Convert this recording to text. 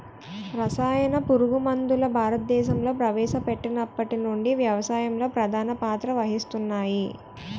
రసాయన పురుగుమందులు భారతదేశంలో ప్రవేశపెట్టినప్పటి నుండి వ్యవసాయంలో ప్రధాన పాత్ర వహిస్తున్నాయి